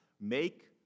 Make